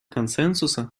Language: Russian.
консенсуса